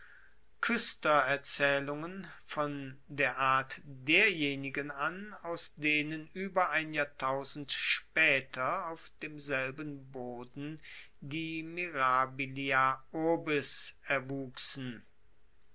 kuestererzaehlungen von der art derjenigen an aus denen ueber ein jahrtausend spaeter auf demselben boden die mirabilia urbis erwuchsen